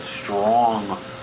strong